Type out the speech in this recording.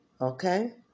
okay